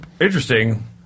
Interesting